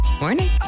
Morning